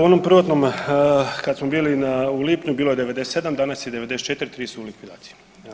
U onom prvotnom, kad smo bili na, u lipnju, bilo je 97, danas je 94, 3 su u likvidaciji.